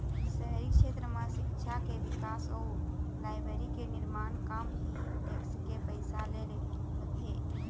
शहरी छेत्र म सिक्छा के बिकास अउ लाइब्रेरी के निरमान काम इहीं टेक्स के पइसा ले होथे